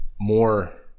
more